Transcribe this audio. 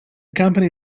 company